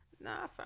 nah